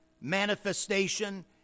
manifestation